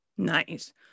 Nice